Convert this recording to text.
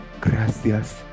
gracias